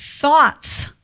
thoughts